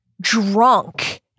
drunk